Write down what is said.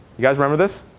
you guys remember this?